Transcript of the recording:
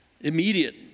immediate